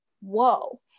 whoa